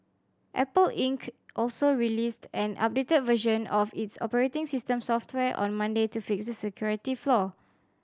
Apple Inc also released an updated version of its operating system software on Monday to fix the security flaw